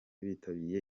bitabiriye